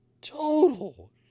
total